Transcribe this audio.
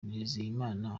nizigiyimana